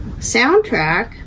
soundtrack